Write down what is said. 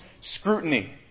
scrutiny